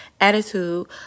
attitude